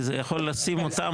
כי זה יכול לשים אותם